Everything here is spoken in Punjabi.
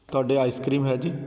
ਤੁਹਾਡੇ ਆਈਸਕ੍ਰੀਮ ਹੈ ਜੀ